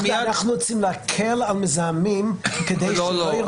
אנחנו רוצים להקל על מזהמים כדי שלא -- לא, לא.